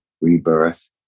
rebirth